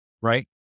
Right